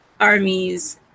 armies